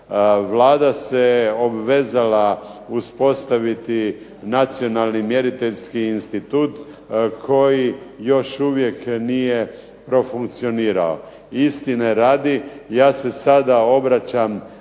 Vlada se obvezala uspostaviti nacionalni mjeriteljski institut koji još uvijek nije profunkcionirao. Istine radi, ja se sada obraćam